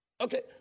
Okay